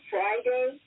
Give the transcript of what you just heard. Friday